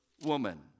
woman